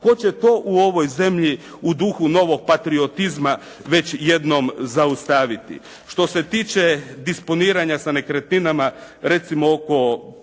Tko će to u ovoj zemlji u duhu novog patriotizma već jednom zaustaviti? Što se tiče disponiranja sa nekretninama recimo oko